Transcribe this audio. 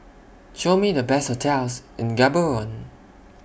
Show Me The Best hotels in Gaborone